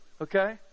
Okay